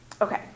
Okay